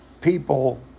people